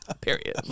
Period